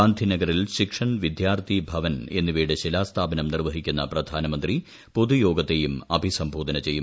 ഗാന്ധിനഗറിൽ ശിക്ഷൺ വിദ്യാർത്ഥിഭവൻ എന്നിവയുടെ ശിലാസ്ഥാപനം നിർവ്വഹിക്കുന്ന പ്രധാനമന്ത്രി പൊതുയോഗത്തെയും അഭിസംബോധന ചെയ്യും